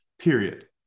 period